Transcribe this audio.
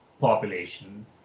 population